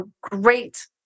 great